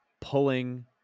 pulling